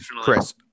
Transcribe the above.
chris